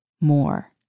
more